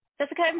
Jessica